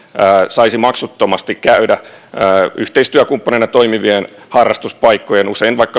saisi käydä yhteistyökumppaneina toimivissa harrastuspaikoissa usein vaikka